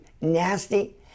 nasty